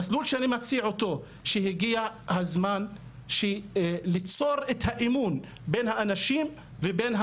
הגיע הזמן שיהיו וועדות תכנון ובנייה